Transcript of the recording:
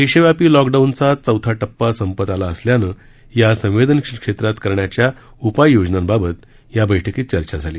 देशव्यापी लॉकडाऊनचा चौथा टप्पा संपत आला असल्यानं या संवेदनशील क्षेत्रात करण्याच्या उपाययोजनांबाबत या बैठकीत चर्चा झाली